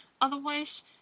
Otherwise